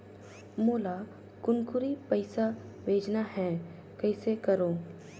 मोला कुनकुरी पइसा भेजना हैं, कइसे करो?